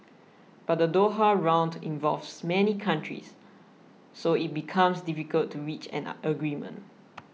but the Doha Round involves many countries so it becomes difficult to reach an agreement